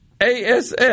ASS